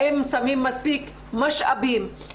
האם שמים מספיק משאבים,